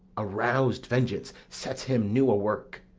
a roused vengeance sets him new a-work